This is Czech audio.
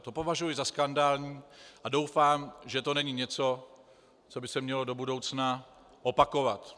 To považuji za skandální a doufám, že to není něco, co by se mělo do budoucna opakovat.